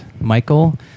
Michael